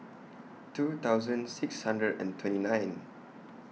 two thousand six hundred and twenty nine